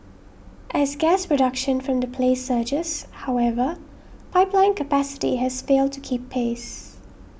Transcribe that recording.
as gas production from the play surges however pipeline capacity has failed to keep pace